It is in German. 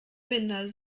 binder